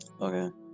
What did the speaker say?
okay